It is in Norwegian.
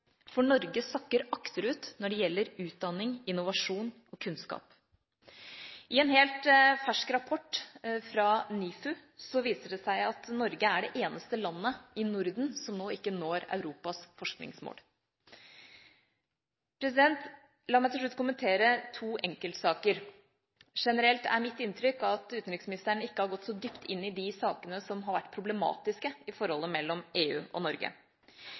for Norge, for Norge sakker akterut når det gjelder utdanning, innovasjon og kunnskap. I en helt fersk rapport fra NIFU viser det seg at Norge er det eneste landet i Norden som nå ikke når Europas forskningsmål. La meg til slutt kommentere to enkeltsaker. Generelt er mitt inntrykk at utenriksministeren ikke har gått så dypt inn i de sakene som har vært problematiske i forholdet mellom EU og Norge.